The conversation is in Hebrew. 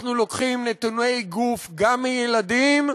אנחנו לוקחים נתוני גוף גם מילדים,